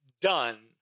done